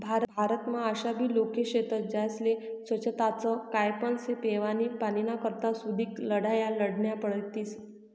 भारतमा आशाबी लोके शेतस ज्यास्ले सोच्छताच काय पण पेवानी पाणीना करता सुदीक लढाया लढन्या पडतीस